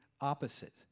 opposite